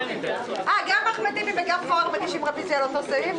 גם אחמד טיבי וגם פורר מגישים רוויזיה על אותו סעיף?